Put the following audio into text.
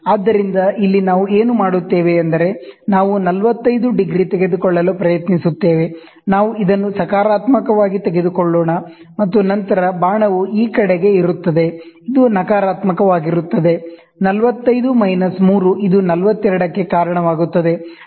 ಆದ್ದರಿಂದ ಇಲ್ಲಿ ನಾವು ಏನು ಮಾಡುತ್ತೇವೆ ಎಂದರೆ ನಾವು 45 ಡಿಗ್ರಿ ತೆಗೆದುಕೊಳ್ಳಲು ಪ್ರಯತ್ನಿಸುತ್ತೇವೆ ನಾವು ಇದನ್ನು ಸಕಾರಾತ್ಮಕವಾಗಿ ತೆಗೆದುಕೊಳ್ಳೋಣ ಮತ್ತು ನಂತರ ಆರೋ ಈ ಕಡೆಗೆ ಇರುತ್ತದೆ ಇದು ನಕಾರಾತ್ಮಕವಾಗಿರುತ್ತದೆ 45 ಮೈನಸ್ 3 ಇದು 42 ಕ್ಕೆ ಕಾರಣವಾಗುತ್ತದೆ